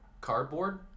cardboard